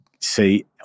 see